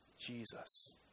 Jesus